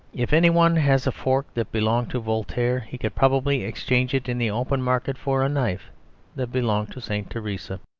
if any one has a fork that belonged to voltaire, he could probably exchange it in the open market for a knife that belonged to st. theresa.